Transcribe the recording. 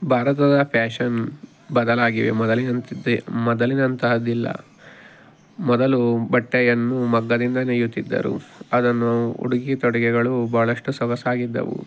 ಭಾರತದ ಫ್ಯಾಷನ್ ಬದಲಾಗಿವೆ ಮೊದಲಿನಂತಿದೆ ಮೊದಲಿನಂತಾದಿಲ್ಲ ಮೊದಲು ಬಟ್ಟೆಯನ್ನು ಮಗ್ಗದಿಂದ ನೇಯುತ್ತಿದ್ದರು ಅದನ್ನು ಉಡುಗೆ ತೊಡುಗೆಗಳು ಭಾಳಷ್ಟು ಸೊಗಸಾಗಿದ್ದವು